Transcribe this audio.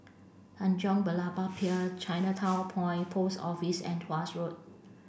Tanjong Berlayer Pier Chinatown Point Post Office and Tuas Road